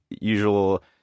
usual